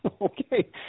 okay